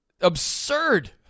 Absurd